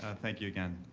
ah thank you again.